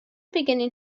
beginning